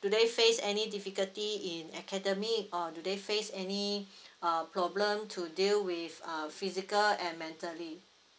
do they face any difficulty in academic or do they face any uh problem to deal with um physical and mentally